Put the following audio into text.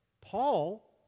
Paul